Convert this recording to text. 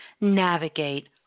navigate